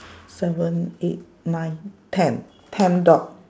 seven eight nine ten ten dog